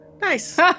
Nice